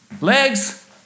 legs